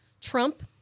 Trump